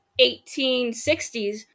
1860s